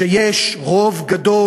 שיש רוב גדול,